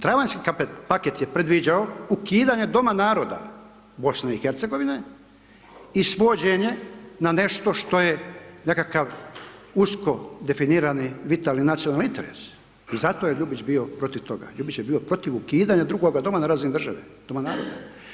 Travanjski paket je predviđao ukidanje Doma naroda BiH i svođenje na nešto što je nekakav usko definirani, vitalni nacionalni interes i zato je Ljubić bio protiv toga, Ljubić je bio protiv ukidanja drugoga doma na razini države, doma naroda.